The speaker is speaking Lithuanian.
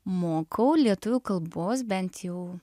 mokau lietuvių kalbos bent jau